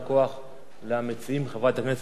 חברת הכנסת דליה איציק וחבר הכנסת